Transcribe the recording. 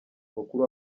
mukuru